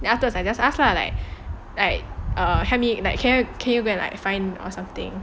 then after that I just ask lah like like help me can you can you go and find or something